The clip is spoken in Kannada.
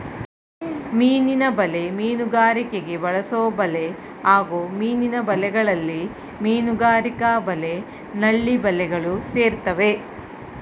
ಮೀನಿನ ಬಲೆ ಮೀನುಗಾರಿಕೆಗೆ ಬಳಸೊಬಲೆ ಹಾಗೂ ಮೀನಿನ ಬಲೆಗಳಲ್ಲಿ ಮೀನುಗಾರಿಕಾ ಬಲೆ ನಳ್ಳಿ ಬಲೆಗಳು ಸೇರ್ತವೆ